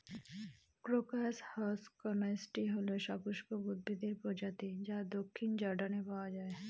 crocus হসকনেইচটি হল সপুষ্পক উদ্ভিদের প্রজাতি যা দক্ষিণ জর্ডানে পাওয়া য়ায়